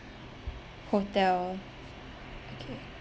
hotel okay